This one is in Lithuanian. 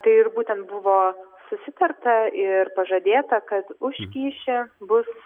tai ir būtent buvo susitarta ir pažadėta kad už kyšį bus